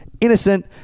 Innocent